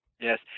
yes